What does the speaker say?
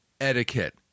etiquette